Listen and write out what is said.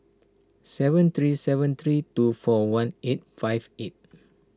seven three seven three two four one eight five eight